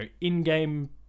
in-game